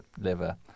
liver